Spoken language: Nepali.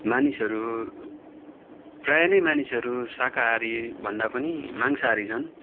मानिसहरू प्रायः नै मानिसहरू साकाहारीभन्दा पनि मांसाहारी छन्